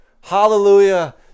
hallelujah